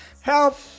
Help